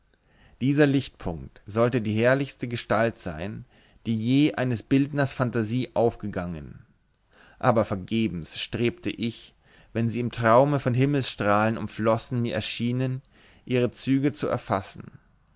dieser lichtpunkt sollte die herrlichste gestalt sein die je eines bildners fantasie aufgegangen aber vergebens strebte ich wenn sie im traume von himmelsstrahlen umflossen mir erschien ihre züge zu erfassen